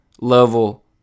level